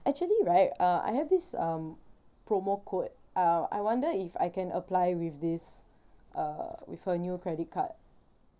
actually right uh I have this um promo code uh I wonder if I can apply with this uh with her new credit card